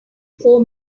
four